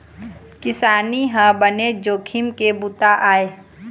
किसानी ह बनेच जोखिम के बूता आय